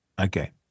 Okay